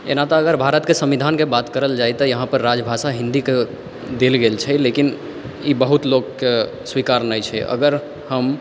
एना तऽ अगर भारतके संविधानके बात करल तऽ यहाँपर राजभाषा हिन्दीके देल गेल छै लेकिन ई बहुत लोकके स्वीकार नहि छै अगर हम